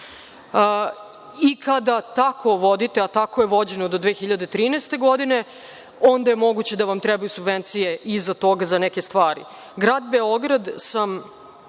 I kada tako vodite, a tako je vođeno do 2013. godine, onda je moguće da vam trebaju subvencije iza toga za neke stvari. Grad Beograd sam